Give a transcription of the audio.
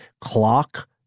clock